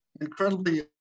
incredibly